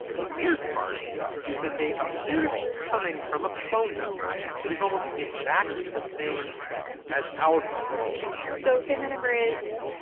the weird part is that they appear to be coming from a phone number that is almost exactly the same as our phone number so say my number is,